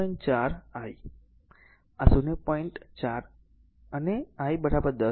4 I so આ r 0